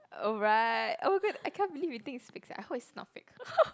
oh right oh my god I can't believe you think it's fixed ah I hope it's not fixed